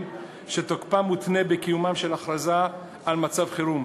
שתוקפם מותנה בקיומה של הכרזה על מצב החירום,